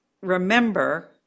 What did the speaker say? remember